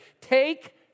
take